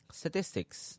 statistics